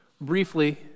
Briefly